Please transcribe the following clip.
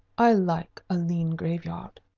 i like a lean graveyard,